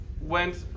went